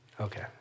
Okay